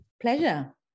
pleasure